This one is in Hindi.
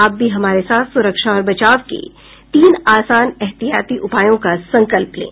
आप भी हमारे साथ सुरक्षा और बचाव के तीन आसान एहतियाती उपायों का संकल्प लें